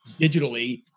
digitally